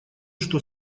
что